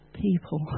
people